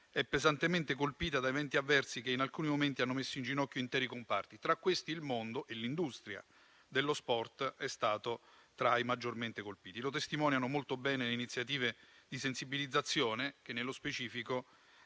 è pesantemente colpita da eventi avversi che in alcuni momenti hanno messo in ginocchio interi comparti. Tra questi, il mondo e l'industria dello sport sono stati tra i maggiormente colpiti. Lo testimoniano molto bene le iniziative di sensibilizzazione che, nello specifico,